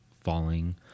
falling